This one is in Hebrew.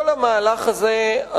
כל המהלך הזה,